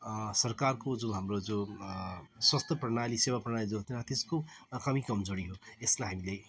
सरकारको जो हाम्रो जो स्वास्थ्य प्रणाली सेवा प्रणाली जो छ त्यसको कमी कमजोडी हो यसलाई हामीले